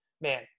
man